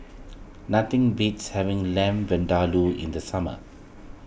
nothing beats having Lamb Vindaloo in the summer